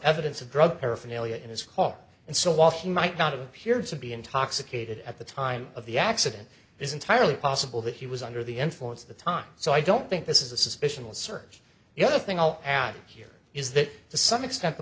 evidence of drug paraphernalia in his car and so while he might not appear to be intoxicated at the time of the accident it's entirely possible that he was under the influence of the time so i don't think this is a suspicion will serve the other thing i'll add here is that to some extent the